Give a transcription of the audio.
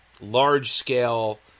large-scale